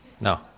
no